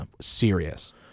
serious